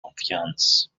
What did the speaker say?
confiance